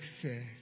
success